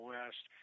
West